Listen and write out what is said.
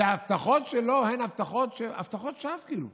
וההבטחות שלו הן הבטחות שווא, כאילו.